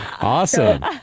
Awesome